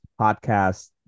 podcast